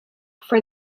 for